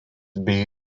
bei